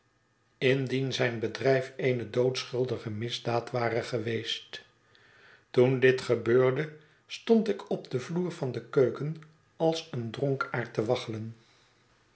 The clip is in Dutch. indien zijn bedrijf eene doodschuldige misdaad ware geweest toen dit gebeurde stond ik op denvioervan de keuken ais een dronkaard te